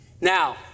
Now